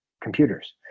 computers